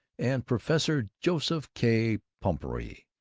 and professor joseph k. pumphrey,